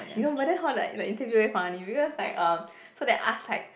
you know but then hor like the interview very funny because like um so they ask like